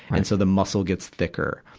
and so, the muscle gets thicker.